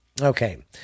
Okay